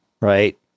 Right